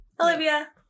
Olivia